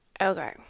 Okay